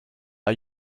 are